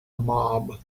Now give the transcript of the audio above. mob